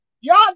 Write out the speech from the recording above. Y'all